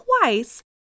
twice